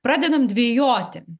pradedam dvejoti